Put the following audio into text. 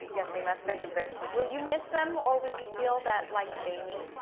yes we must think of this. will you miss them, or will you feel that like jamie,